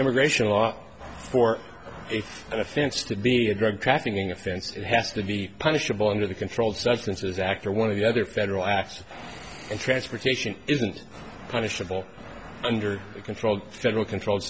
immigration law for an offense to be a drug trafficking offense has to be punishable under the controlled substances act or one of the other federal acts and transportation isn't punishable under a controlled federal controlled